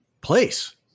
place